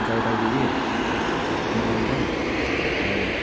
Jalpaiguri Malda Howrah